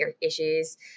issues